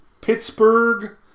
Pittsburgh